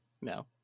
No